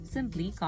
Simply